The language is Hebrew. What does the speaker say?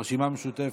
הרשימה המשותפת,